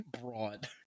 broad